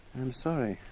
i'm sorry.